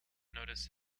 notice